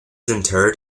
interred